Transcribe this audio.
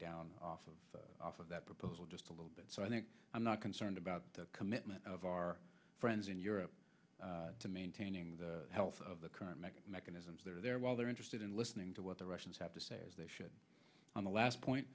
down off of off of that proposal just a little bit so i think i'm not concerned about the commitment of our friends in europe to maintaining the health of the current mechanisms that are there while they're interested in listening to what the russians have to say as they should on the last point